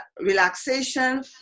relaxation